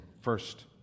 First